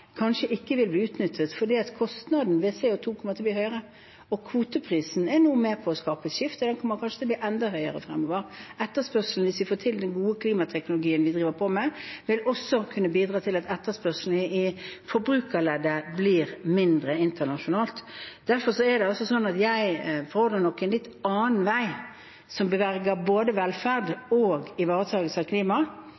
kanskje ikke vil bli utnyttet fordi kostnaden ved CO 2 kommer til å bli høyere. Kvoteprisen er nå med på å skape et skifte, og den kommer kanskje til å bli enda høyere fremover. Hvis vi får til den gode klimateknologien vi driver på med, vil det også kunne bidra til at etterspørselen i forbrukerleddet internasjonalt blir mindre. Derfor fordrer nok jeg en litt annen vei, som både verger velferd